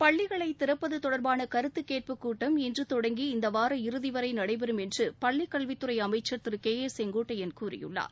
பள்ளிகளை திறப்பது தொடர்பான கருத்துக் கேட்புக் கூட்டம் இன்று தொடங்கி இந்த வார இறதிவரை நடைபெறும் என்று பள்ளிக் கல்வித்துறை அமைச்சர் திரு கே ஏ செங்கோட்டையன் கூறியுள்ளார்